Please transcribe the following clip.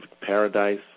Paradise